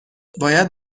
باید